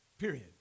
Period